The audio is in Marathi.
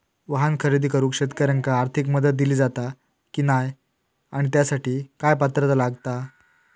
वाहन खरेदी करूक शेतकऱ्यांका आर्थिक मदत दिली जाता की नाय आणि त्यासाठी काय पात्रता लागता?